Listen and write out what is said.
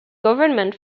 government